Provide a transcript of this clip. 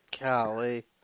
Golly